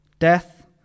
Death